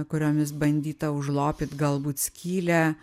kuriomis bandyta užlopyt galbūt skylę